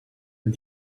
and